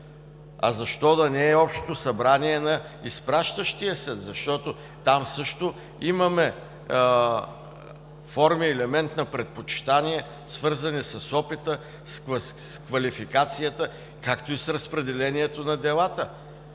а защо да не е и Общото събрание на изпращащия съд, защото там също имаме форми и елемент на предпочитания, свързани с опита, с квалификацията, както и с разпределението на делата.